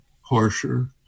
harsher